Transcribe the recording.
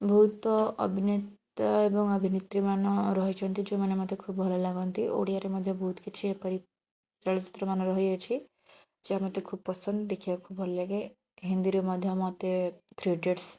ବହୁତ ଅଭିନେତା ଏବଂ ଅଭିନେତ୍ରୀମାନ ରହିଛନ୍ତି ଯେଉଁମାନେ ମୋତେ ଖୁବ ଭଲ ଲାଗନ୍ତି ଓଡ଼ିଆରେ ମଧ୍ୟ ବହୁତ କିଛି ଏପରି ଚଳଚ୍ଚିତ୍ରମାନ ରହିଅଛି ଯାହା ମୋତେ ଖୁବ ପସନ୍ଦ ଦେଖିବାକୁ ଭଲ ଲାଗେ ହିନ୍ଦୀରେ ମଧ୍ୟ ମୋତେ ଥ୍ରୀ ଇଡ଼ିଅଟ୍ସ